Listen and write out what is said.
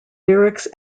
lyrics